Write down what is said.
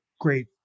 great